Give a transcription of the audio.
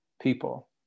people